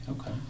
Okay